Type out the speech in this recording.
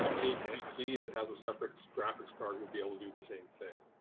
ah any pc that has a separate graphics card would be able to do the same thing.